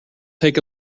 take